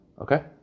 Okay